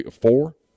Four